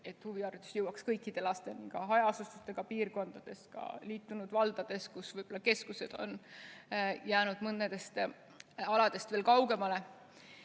et huviharidus jõuaks kõikide lasteni, ka hajaasustusega piirkondades, ka liitunud valdades, kus keskus on jäänud mõnedest asulatest kaugemale.